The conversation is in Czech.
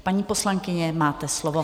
Paní poslankyně, máte slovo.